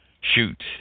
shoot